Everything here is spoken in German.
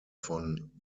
von